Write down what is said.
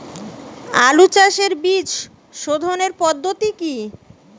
আলু চাষের বীজ সোধনের পদ্ধতি কি?